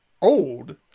old